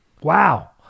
Wow